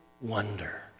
wonder